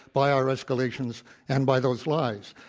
by our escalations and by those lies.